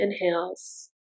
inhales